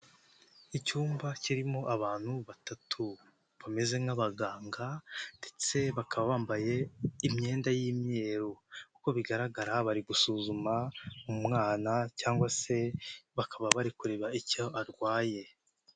Icyumba kirimo abantu batatu bameze nk'abaganga ndetse bakaba bambaye imyenda y'imyeru, uko bigaragara bari gusuzuma umwana cyangwa se bakaba bari kureba icyo arwaye.